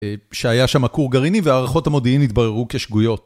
שהיה שם כור גרעיני והערכות המודיעין התבררו כשגויות.